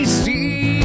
see